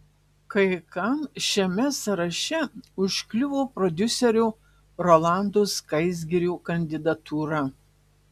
kai kam šiame sąraše užkliuvo prodiuserio rolando skaisgirio kandidatūra